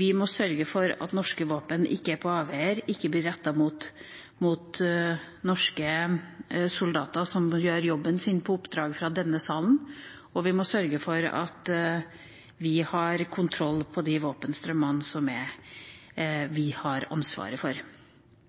vi må sørge for at norske våpen ikke er på avveier og ikke blir rettet mot norske soldater som gjør jobben sin på oppdrag fra denne salen. Vi må sørge for at vi har kontroll med de våpenstrømmene som vi har ansvaret for.